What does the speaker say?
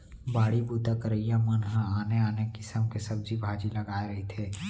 बाड़ी बूता करइया मन ह आने आने किसम के सब्जी भाजी लगाए रहिथे